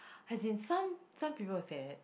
have been some some people will said